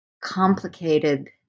complicated